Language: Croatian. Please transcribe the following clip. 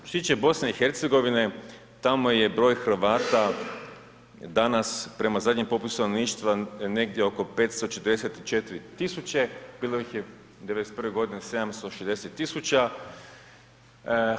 Što se tiče BiH, tamo je broj Hrvata danas prema zadnjem popisu stanovništva negdje oko 544 000, bilo ih je '91.g. 760 000.